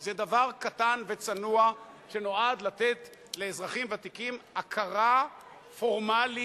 זה דבר קטן וצנוע שנועד לתת לאזרחים ותיקים הכרה פורמלית